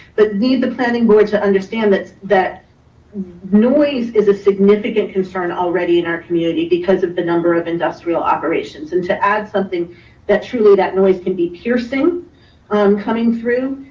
but need the planning board to understand that that noise is a significant concern already in our community because of the number of industrial operations. and to add something that truly that noise can be piercing um coming through,